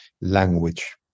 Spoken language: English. language